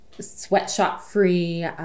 sweatshop-free